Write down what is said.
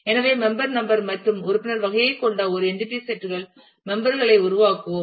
எனவே member number மற்றும் உறுப்பினர் வகையைக் கொண்ட ஒரு என்டிடி செட் மெம்பர் களை உருவாக்குவோம்